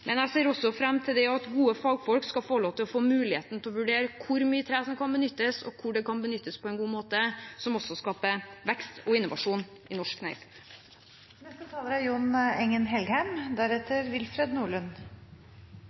Jeg ser også fram til at gode fagfolk skal få muligheten til å vurdere hvor mye tre som kan benyttes, og hvor det kan benyttes på en god måte. Det skaper også vekst og innovasjon i norsk næringsliv. Man kan faktisk lure på om man har hørt samme debatten her, som forrige taler